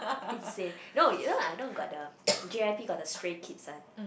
insane no you know I know got the J_Y_P got the Stray-Kids [one]